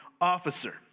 officer